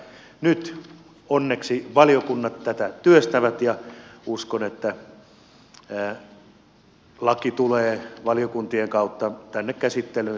mutta nyt onneksi valiokunnat tätä työstävät ja uskon että laki tulee valiokuntien kautta tänne käsittelyyn sitten hyvin tehtynä